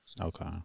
Okay